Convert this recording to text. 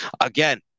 again